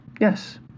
yes